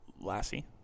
Lassie